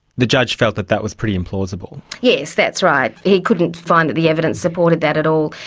the judge felt that that was pretty implausible. yes, that's right, he couldn't find that the evidence supported that at all.